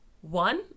one